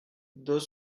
deux